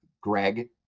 Greg